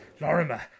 Lorimer